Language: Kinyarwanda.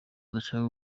adashaka